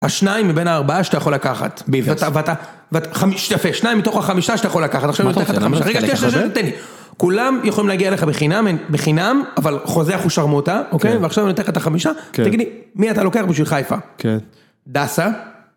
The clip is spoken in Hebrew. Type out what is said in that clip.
השניים מבין הארבעה שאתה יכול לקחת. ביברס. ואתה, יפה, שניים מתוך החמישה שאתה יכול לקחת. עכשיו אני אתן לך את החמישה. רגע, תן לי, תן לי. כולם יכולים להגיע אליך בחינם, אבל חוזה, אחו שרמוטה, אוקיי? ועכשיו אני אתן לך את החמישה. תגיד לי, מי אתה לוקח בשביל חיפה? כן. דסה.